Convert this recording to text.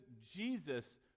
jesus